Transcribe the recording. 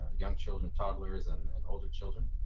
young children toddlers and and older children.